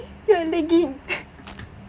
you are lagging